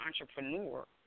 entrepreneur